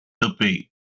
debate